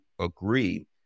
agree